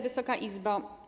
Wysoka Izbo!